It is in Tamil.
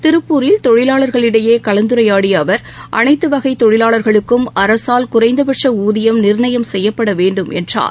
திருப்பூரில் தொழிலாளர்களிடையே கலந்துரையாடிய அவர் அனைத்து வகை தொழிலாளர்களுக்கும் அரசால் குறைந்தபட்ச ஊதியம் நிர்ணயம் செய்யப்பட வேண்டும் என்றார்